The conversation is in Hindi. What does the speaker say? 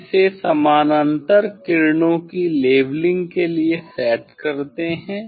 हम इसे समानांतर किरणों की लेवलिंग के लिए सेट करते हैं